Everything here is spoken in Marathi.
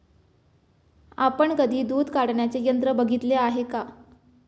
आपण कधी दूध काढण्याचे यंत्र बघितले आहे का?